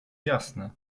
jasne